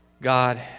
God